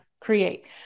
create